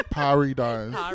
paradise